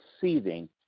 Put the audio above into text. seething